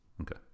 Okay